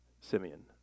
Simeon